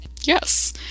Yes